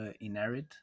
inherit